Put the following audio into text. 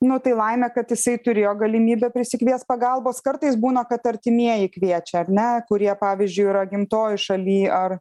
nu tai laimė kad jisai turėjo galimybę prisikviest pagalbos kartais būna kad artimieji kviečia ar ne kurie pavyzdžiui yra gimtoj šaly ar